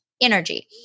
energy